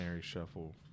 Shuffle